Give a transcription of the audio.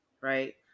right